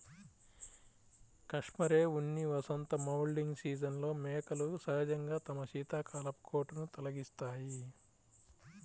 cashmere ఉన్ని వసంత moulting సీజన్లో మేకలు సహజంగా తమ శీతాకాలపు కోటును తొలగిస్తాయి